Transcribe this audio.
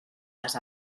les